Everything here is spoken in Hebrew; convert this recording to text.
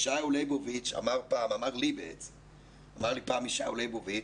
אמר לי פעם ישעיהו לייבוביץ'